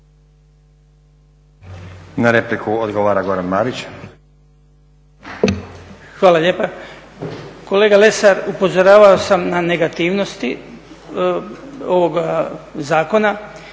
Marić. **Marić, Goran (HDZ)** Hvala lijepa. Kolega Lesar upozoravao sam na negativnosti ovog zakona,